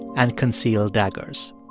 and concealed daggers